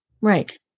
Right